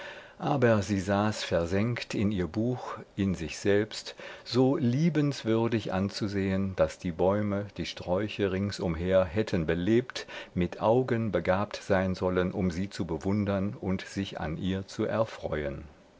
aber sie saß versenkt in ihr buch in sich selbst so liebenswürdig anzusehen daß die bäume die sträuche ringsumher hätten belebt mit augen begabt sein sollen um sie zu bewundern und sich an ihr zu erfreuen